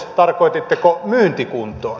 tarkoititteko myyntikuntoon